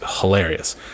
hilarious